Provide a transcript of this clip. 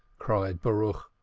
cried baruch,